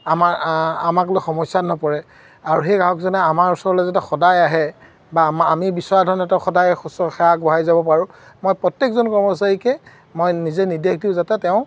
আমাৰ আমাক লৈ সমস্যাত নপৰে আৰু সেই গ্ৰাহকজনে আমাৰ ওচৰলৈ যাতে সদায় আহে বা আমা আমি বিচৰা ধৰণে তেওঁক সদায় শুশ্ৰূষা আগবঢ়াই যাব পাৰোঁ মই প্ৰত্যেকজন কৰ্মচাৰীকে মই নিজে নিৰ্দেশ দিওঁ যাতে তেওঁ